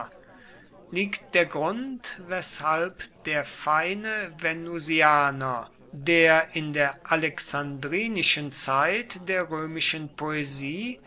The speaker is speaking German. liegt der grund weshalb der feine venusianer der in der alexandrinischen zeit der römischen poesie